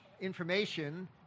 information